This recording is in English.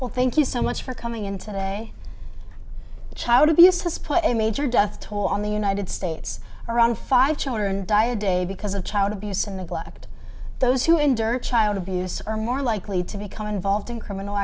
well thank you so much for coming in today child abuse has put a major death toll on the united states around five children die a day because of child abuse and neglect those who endured child abuse are more likely to become involved in criminal